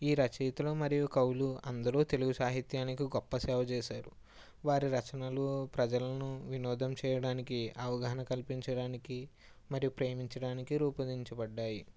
ఈ రచయితలు మరియు కవులు అందరు తెలుగు సాహిత్యానికి గొప్ప సేవ చేశారు వారి రచనలు ప్రజలను వినోదం చేయడానికి అవగాహన కల్పించడానికి మరియు ప్రేమించడానికి రూపొందించబడ్డాయి